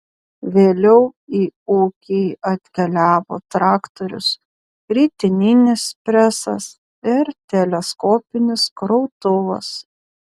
vėliau į ūkį atkeliavo traktorius ritininis presas ir teleskopinis krautuvas